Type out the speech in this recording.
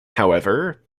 however